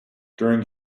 during